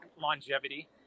longevity